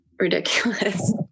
ridiculous